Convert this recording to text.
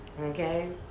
okay